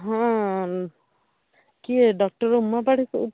ହଁ କିଏ ଡକ୍ଟର୍ ଉମା ପାଢ଼ୀ କେଉଁ